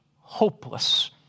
hopeless